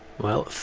well,